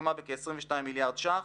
שהסתכמה בכ-22 מיליארדי ש"ח,